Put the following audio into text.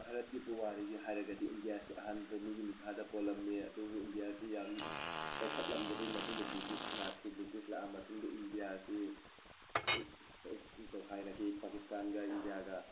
ꯚꯥꯔꯠꯀꯤ ꯄꯨꯋꯥꯔꯤꯒꯤ ꯍꯥꯏꯔꯒꯗꯤ ꯏꯟꯗꯤꯌꯥꯁꯤ ꯑꯍꯥꯟꯕꯗ ꯃꯤꯒꯤ ꯃꯤꯈꯥꯗ ꯄꯣꯜꯂꯝꯃꯦ ꯑꯗꯨꯕꯨ ꯏꯟꯗꯤꯌꯥꯁꯤ ꯌꯥꯝ ꯆꯥꯎꯈꯠꯂꯝꯗꯦ ꯑꯗꯨꯒꯤ ꯃꯇꯨꯡꯗ ꯕ꯭ꯔꯤꯇꯤꯁ ꯂꯥꯛꯈꯤ ꯕ꯭ꯔꯤꯇꯤꯁ ꯂꯥꯛꯑ ꯃꯇꯨꯡꯗ ꯏꯟꯗꯤꯌꯥꯁꯤ ꯇꯣꯈꯥꯏꯔꯛꯈꯤ ꯄꯥꯀꯤꯁꯇꯥꯟꯒ ꯏꯟꯗꯤꯌꯥꯒ